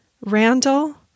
Randall